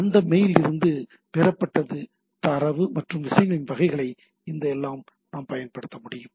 அந்த மெயில் இருந்து பெறப்பட்டது தரவு மற்றும் விஷயங்களின் வகைகளை இதை எல்லாம் நான் பயன்படுத்த முடியும்